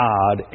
God